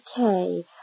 Okay